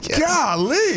Golly